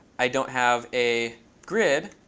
i don't have a grid,